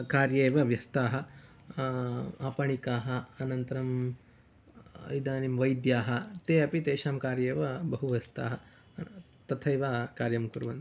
कार्ये एव व्यस्ताः आपणिकाः अनन्तरम् इदानीं वैद्याः ते अपि तेषां कार्ये एव बहु व्यस्ताः तथैव कार्यं कुर्वन्ति